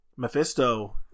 Mephisto